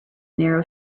narrow